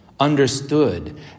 understood